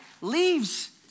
leaves